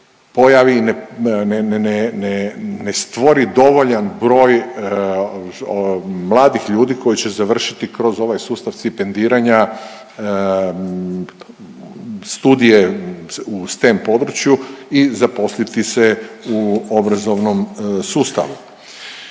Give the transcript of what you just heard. ne, ne, ne stvori dovoljan broj mladih ljudi koji će završiti kroz ovaj sustav stipendiranja studije u STEM području i zaposliti se u obrazovnom sustavu.